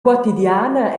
quotidiana